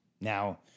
Now